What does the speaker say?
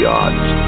odds